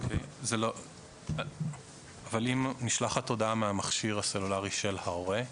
אבל אם נשלחת הודעה מהמכשיר הסלולרי של ההורה.